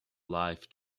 live